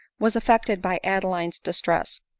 was affected by adeline's distress,